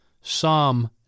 Psalm